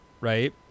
right